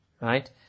right